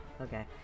Okay